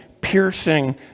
piercing